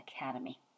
academy